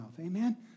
Amen